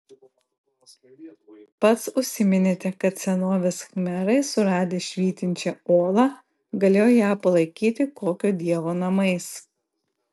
pats užsiminėte kad senovės khmerai suradę švytinčią olą galėjo ją palaikyti kokio dievo namais